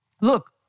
Look